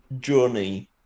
journey